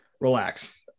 relax